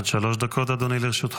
עד שלוש דקות לרשותך,